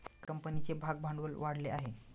कंपनीचे भागभांडवल वाढले आहे